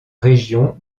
région